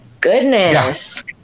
goodness